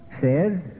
says